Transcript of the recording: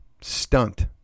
stunt